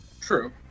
True